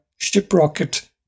ShipRocket